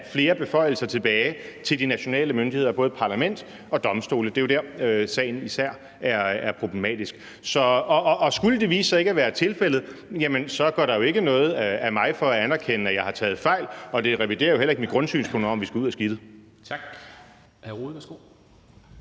flere beføjelser tilbage til de nationale myndigheder, både parlament og domstole. Det er jo der, sagen især er problematisk. Og skulle det vise sig ikke at være tilfældet, går der jo ikke noget af mig ved at anerkende, at jeg har taget fejl, og det reviderer jo heller ikke mit grundsynspunkt om, at vi skal ud af skidtet.